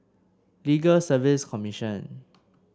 Legal Service Commission